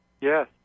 Yes